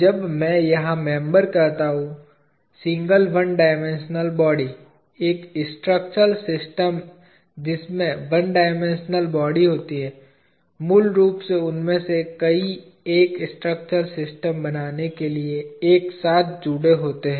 जब मैं यहां मेंबर कहता हूं सिंगल 1 डायमेंशनल बॉडी एक स्ट्रक्चरल सिस्टम जिसमें 1 डायमेंशनल बॉडी होती है मूल रूप से उनमें से कई एक स्ट्रक्चरल सिस्टम बनाने के लिए एक साथ जुड़े होते हैं